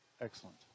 Excellent